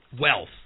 wealth